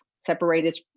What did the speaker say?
separated